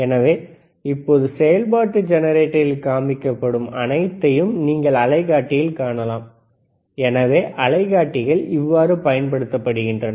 எனவே இப்போது செயல்பாட்டு ஜெனரேட்டரில் காண்பிக்கப்படும் அனைத்தையும் நீங்கள் அலைகாட்டியில் காணலாம் எனவே அலைக்காட்டிகள் இவ்வாறு பயன்படுத்தப்படுகின்றன